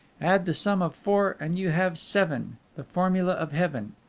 add the sum of four, and you have seven, the formula of heaven.